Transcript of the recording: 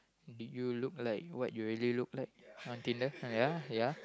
did you look like what you really look like on Tinder ya ya